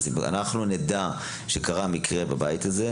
אם נדע שקרה מקרה בבית הזה,